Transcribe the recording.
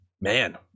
man